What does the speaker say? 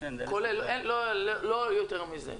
לא יותר מזה.